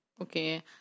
Okay